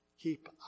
Keep